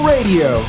Radio